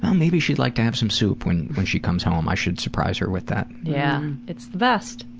um maybe she'd like to have some soup when when she comes home. i should surprise her with that. yeah. it's the best!